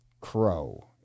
Crow